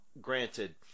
Granted